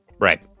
Right